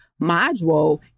module